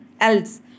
else